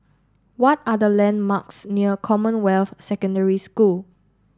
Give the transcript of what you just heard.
what are the landmarks near Commonwealth Secondary School